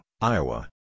Iowa